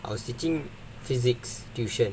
I was teaching physics tuition